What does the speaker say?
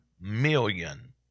million